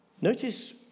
notice